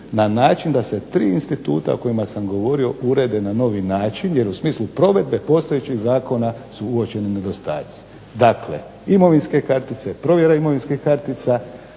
na način da se tri instituta o kojima sam govorio urede na novi način, jer u smislu provedbe postojećih zakona su uočeni nedostaci. Dakle imovinske kartice, provjera imovinskih kartica,